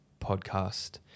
podcast